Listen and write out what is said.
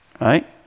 Right